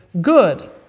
good